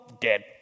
dead